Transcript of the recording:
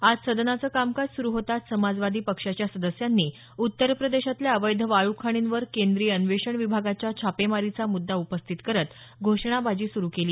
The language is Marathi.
आज सदनाचं कामकाज सुरु होताच समाजवादी पक्षाच्या सदस्यांनी उत्तर प्रदेशातल्या अवैध वाळू खाणींवर केंद्रीय अन्वेषण विभागाच्या छापेमारीचा मुद्दा उपस्थित करत घोषणाबाजी सुरू केली